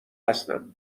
هستم